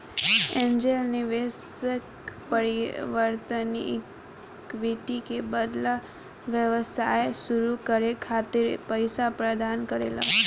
angel निवेशक परिवर्तनीय equity के बदला व्यवसाय सुरू करे खातिर पईसा प्रदान करेला